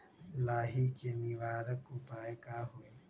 लाही के निवारक उपाय का होई?